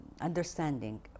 understanding